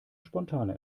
spontane